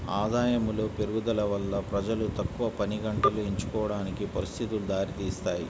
ఆదాయములో పెరుగుదల వల్ల ప్రజలు తక్కువ పనిగంటలు ఎంచుకోవడానికి పరిస్థితులు దారితీస్తాయి